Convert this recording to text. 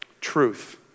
Truth